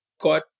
got